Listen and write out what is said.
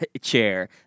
chair